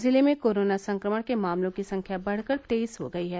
जिले में कोरोना संक्रमण के मामलों की संख्या बढ़कर तेईस हो गयी है